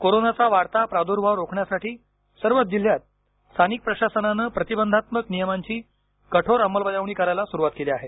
कोरोनाचा वाढता प्रादुर्भाव रोखण्यासाठी सर्वच जिल्ह्यात स्थानिक प्रशासनानं प्रतिबंधात्मक नियमांची कठोर अंमलबजावणी करायला सुरुवात केली आहे